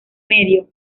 medio